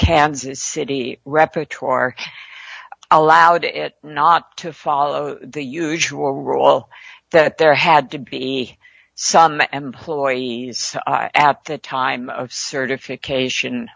kansas city repertoire allowed it not to follow the usual rule that there had to be some employees at the time of certification